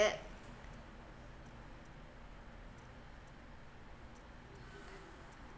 that